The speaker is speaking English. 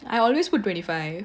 I always put twenty five